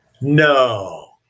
No